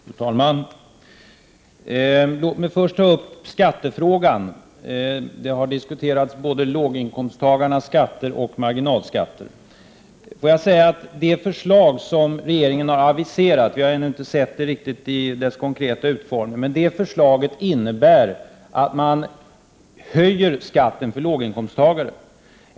Fru talman! Låt mig första ta upp skattefrågan. Både låginkomsttagarnas skatter och marginalskatter har diskuterats. Det förslag som regeringen har aviserat — vi har ännu inte sett det i dess konkreta utformning — innebär att man höjer skatten för låginkomsttagare.